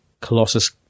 Colossus